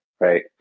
right